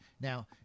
now